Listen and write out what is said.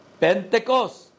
pentecost